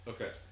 Okay